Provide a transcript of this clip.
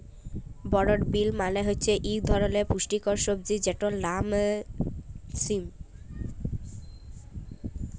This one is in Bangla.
বরড বিল মালে হছে ইক ধরলের পুস্টিকর সবজি যেটর লাম সিম